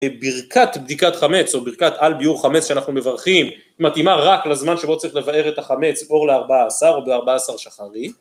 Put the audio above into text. ברכת בדיקת חמץ או ברכת על ביעור חמץ שאנחנו מברכים מתאימה רק לזמן שבו צריך לבער את החמץ אור ל-14 או ב-14 שחרי